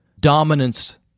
dominance